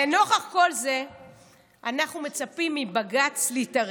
לנוכח כל זה אנחנו מצפים מבג"ץ להתערב,